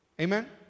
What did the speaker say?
Amen